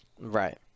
Right